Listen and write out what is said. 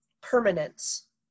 permanence